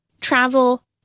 travel